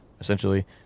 essentially